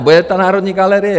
Bude ta Národní galerie?